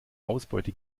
ausbeute